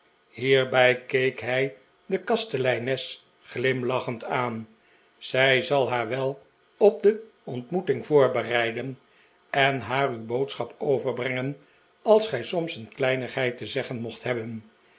hierbij keek hij de kasteleines glimiachend aan zij zal haar wel op de ontmoeting voorbereiden en haar uw boodschap overbrengen als gij soms een kleinigheid te zeggen mocht hebben